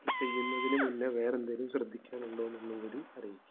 ഇത് ചെയ്യുന്നതിന് മുന്നെ വേറെന്തേലും ശ്രദ്ധിക്കാനുണ്ടോ എന്ന് ഒന്നും കൂടി അറിയിക്ക്